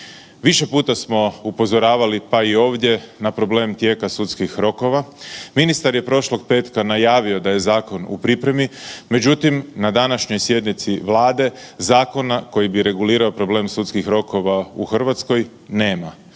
Više puta smo upozoravali pa i ovdje na problem tijeka sudskih rokova, ministar je prošlog petka najavio da je zakon u pripremi, međutim na današnjoj sjednici Vlade zakona koji bi regulirao problem sudskih rokova u Hrvatskoj nema.